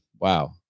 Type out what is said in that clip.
Wow